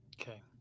okay